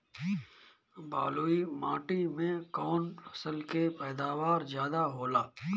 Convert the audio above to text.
बालुई माटी में कौन फसल के पैदावार ज्यादा होला?